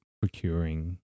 procuring